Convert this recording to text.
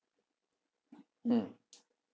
mm